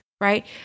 right